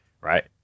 right